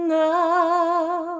now